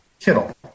Kittle